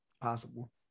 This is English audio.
possible